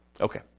Okay